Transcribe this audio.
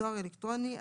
דואר אלקטרוני,